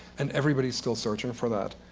and everybody is still searching for that.